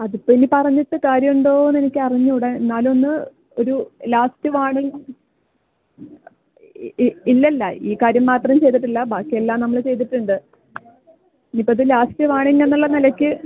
അതിപ്പൊയിനി പറഞ്ഞിട്ട് കാര്യം ഉണ്ടോന്നെനിക്കറിഞ്ഞൂടാ എന്നാലും ഒന്ന് ഒരു ലാസ്റ്റ് വാണിങ്ങ് ഇല്ലല്ല ഈ കാര്യം മാത്രം ചെയ്തിട്ടില്ല ബാക്കിയെല്ലാം നമ്മൾ ചെയ്തിട്ടുണ്ട് ഇനിപ്പയിത് ലാസ്റ്റ് വാണിങ്ങ് എന്നുള്ള നിലക്ക്